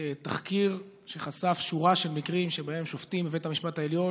תחקיר שחשף שורה של מקרים שבהם שופטים בבית המשפט העליון